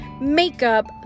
makeup